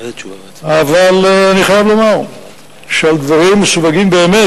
אבל אני חייב לומר שעל דברים מסווגים באמת,